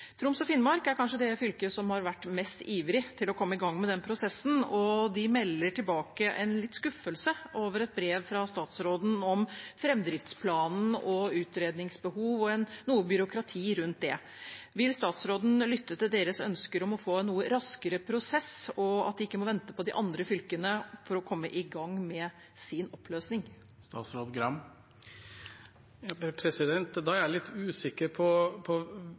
Troms og Finnmark er kanskje det fylket som har vært mest ivrig etter å komme i gang med den prosessen, og de melder tilbake litt skuffelse over et brev fra statsråden om framdriftsplan og utredningsbehov og noe byråkrati rundt det. Vil statsråden lytte til deres ønsker om å få en noe raskere prosess, og at de ikke må vente på de andre fylkene for å komme i gang med sin oppløsning? Jeg er litt usikker på hvem som har sendt det signalet. Jeg